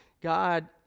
God